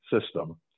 system